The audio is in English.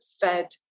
fed